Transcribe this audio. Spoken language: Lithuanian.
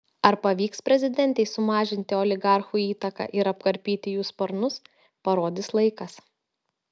ar pavyks prezidentei sumažinti oligarchų įtaką ir apkarpyti jų sparnus parodys laikas